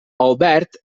albert